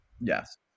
yes